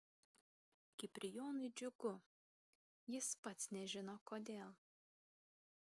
kiprijonui džiugu jis pats nežino kodėl